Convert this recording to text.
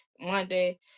Monday